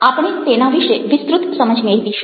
આપણે તેના વિશે વિસ્તૃત સમજ મેળવીશું